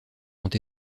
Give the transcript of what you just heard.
ont